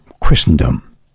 Christendom